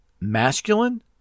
masculine